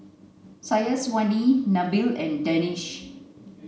Syazwani Nabil and Danish